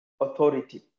authority